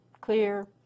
clear